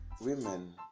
women